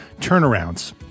turnarounds